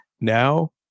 Now